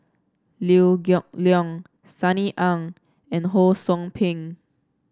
Liew Geok Leong Sunny Ang and Ho Sou Ping